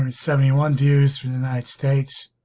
seventy one views through the united states